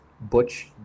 Butch